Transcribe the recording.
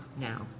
now